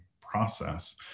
process